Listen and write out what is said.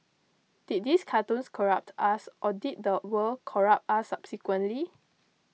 did these cartoons corrupt us or did the world corrupt us subsequently